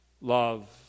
love